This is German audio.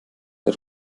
der